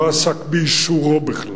לא עסק באישורו בכלל.